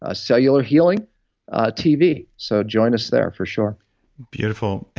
ah cellular healing tv, so join us there for sure beautiful.